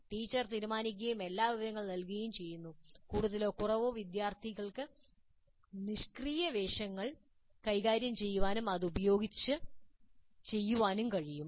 teacher തീരുമാനിക്കുകയും എല്ലാ വിവരങ്ങളും നൽകുകയും ചെയ്യുന്നു കൂടുതലോ കുറവോ വിദ്യാർത്ഥികൾക്ക് നിഷ്ക്രിയ വേഷങ്ങൾ കൈകാര്യം ചെയ്യാനും അത് ഉപയോഗിച്ച് ചെയ്യാനും കഴിയും